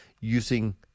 using